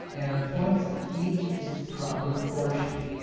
and appoints to each its proper portion,